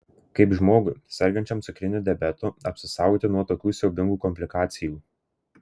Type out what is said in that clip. kaip žmogui sergančiam cukriniu diabetu apsisaugoti nuo tokių siaubingų komplikacijų